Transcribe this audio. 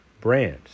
brands